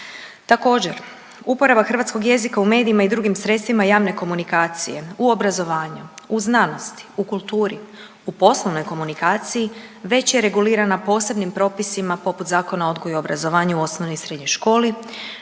Također uporaba hrvatskog jezika u medijima i drugim sredstvima javne komunikacije, u obrazovanju, u znanosti, u kulturi, u poslovnoj komunikaciji već je regulirana posebnim propisima poput Zakona o odgoju i obrazovanju u osnovnoj i srednjoj školi,